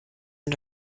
und